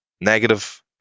negative